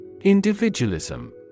Individualism